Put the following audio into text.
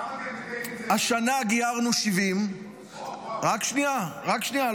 כמה --- השנה גיירנו 70, רק שנייה, רק שנייה.